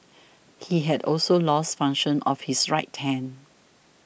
he had also lost function of his right hand